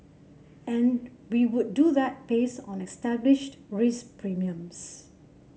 and we would do that based on established risk premiums